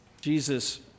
Jesus